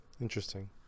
Interesting